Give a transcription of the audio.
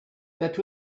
that